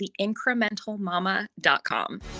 theincrementalmama.com